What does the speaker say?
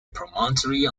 promontory